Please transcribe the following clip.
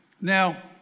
Now